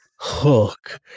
hook